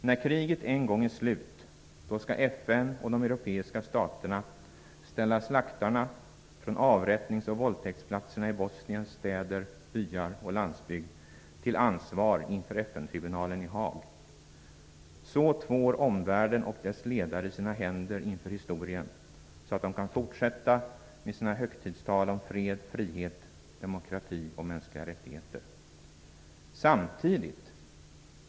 När kriget en gång är slut, skall FN och de europeiska staterna ställa slaktarna från avrättnings och våldtäktsplatserna i Bosniens städer, byar och landsbygd till ansvar inför FN tribunalen i Haag. Så tvår omvärlden och dess ledare sina händer inför historien, så att de kan fortsätta med sina högtidstal om fred, frihet, demokrati och mänskliga rättigheter.